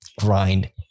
grind